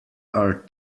are